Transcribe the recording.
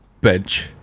Bench